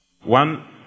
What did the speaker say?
One